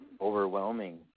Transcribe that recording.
overwhelming